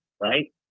right